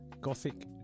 gothic